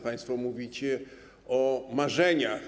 Państwo mówicie o marzeniach.